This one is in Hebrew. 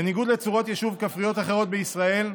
בניגוד לצורות יישוב כפריות אחרות בישראל,